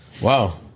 Wow